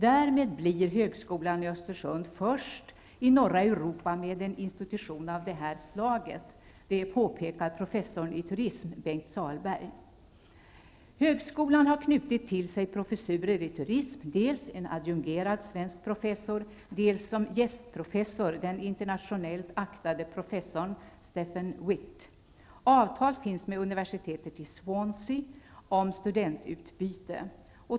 Därmed blir högskolan i Östersund först i norra Europa med en institution av det här slaget, påpekar professorn i turism, Högskolan har till sig knutit professurer i turism, dels en adjungerad svensk professor, dels som gästprofessor den internationellt aktade professorn, Stephen Witt. Avtal finns med universitetet i Swansee om studentutbyte.